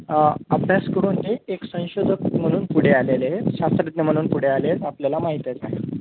अभ्यास करून हे एक संयशोधक म्हणून पुढे आलेले शास्त्रज्ञ म्हणून पुढे आले आपल्याला माहीत आहेत